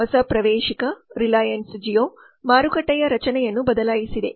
ಹೊಸ ಪ್ರವೇಶಿಕ ರಿಲಯನ್ಸ್ ಜಿಯೋ ಮಾರುಕಟ್ಟೆಯ ರಚನೆಯನ್ನು ಬದಲಾಯಿಸಿದೆ